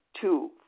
Two